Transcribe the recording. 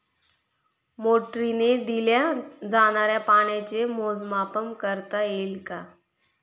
मोटरीने दिल्या जाणाऱ्या पाण्याचे मोजमाप करता येईल का?